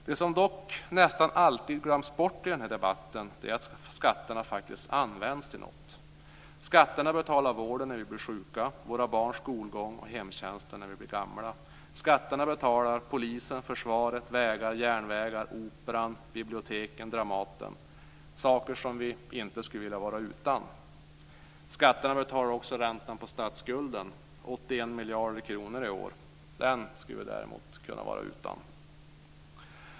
Det som dock nästan alltid glöms bort i den här debatten är att skatterna faktiskt används till något. Skatterna betala vården när vi blir sjuka, våra barns skolgång och hemtjänsten när vi blir gamla. Skatterna betalar polisen, försvaret, vägar, järnvägar, operan, biblioteken och Dramaten. Det är saker som vi inte skulle vilja vara utan. Skatterna betalar också räntan på statsskulden - 81 miljarder kronor i år. Den skulle vi däremot kunna vara utan.